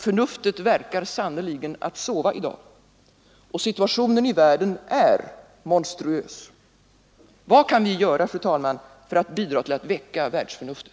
Förnuftet verkar sannerligen att sova i dag, och situationen i världen är monstruös. Vad kan vi göra för att bidra till att väcka världsförnuftet?